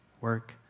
work